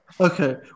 Okay